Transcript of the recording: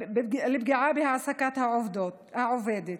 לפגיעה בהעסקת העובדת.